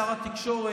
שר התקשורת,